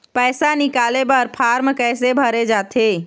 पैसा निकाले बर फार्म कैसे भरे जाथे?